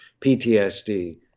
PTSD